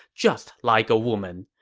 just like a woman!